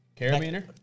Carabiner